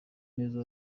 neza